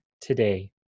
today